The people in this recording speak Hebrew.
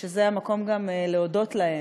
וזה גם המקום להודות להם,